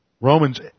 Romans